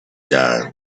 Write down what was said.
died